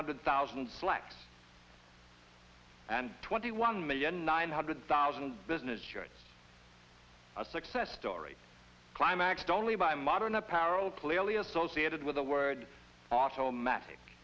hundred thousand slacks and twenty one million nine hundred thousand business shirts a success story climaxed only buy modern apparel clearly associated with the words automatic